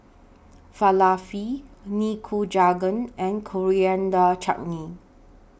Falafel Nikujaga and Coriander Chutney